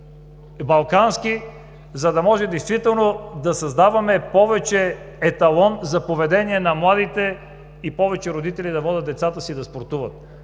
за да можем да създаваме повече еталон за поведение на младите хора и повече родители да водят децата си да спортуват.